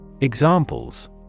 Examples